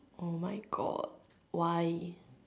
oh my god why